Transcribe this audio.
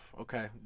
okay